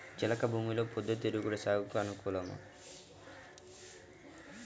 చెలక భూమిలో పొద్దు తిరుగుడు సాగుకు అనుకూలమా?